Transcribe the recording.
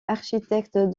architecte